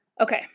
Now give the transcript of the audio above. Okay